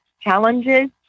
challenges